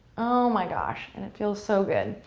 oh my gosh and it feels so good.